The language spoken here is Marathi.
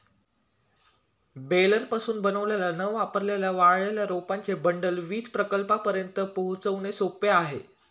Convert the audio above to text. बेलरपासून बनवलेले न वापरलेले वाळलेले रोपांचे बंडल वीज प्रकल्पांपर्यंत पोहोचवणे सोपे आहे